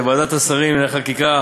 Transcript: אז ועדת השרים לענייני חקיקה